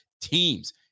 teams